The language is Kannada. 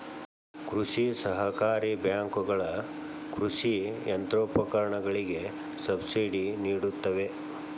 ಕೃಷಿ ಸಹಕಾರಿ ಬ್ಯಾಂಕುಗಳ ಕೃಷಿ ಯಂತ್ರೋಪಕರಣಗಳಿಗೆ ಸಬ್ಸಿಡಿ ನಿಡುತ್ತವೆ